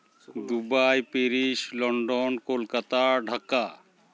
Dubai Paris London Kolkata Dhaka